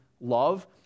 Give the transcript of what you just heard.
Love